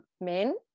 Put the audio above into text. men